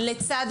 לצד,